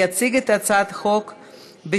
יציג את הצעת החוק,